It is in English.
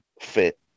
fit